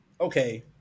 okay